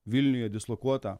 vilniuje dislokuota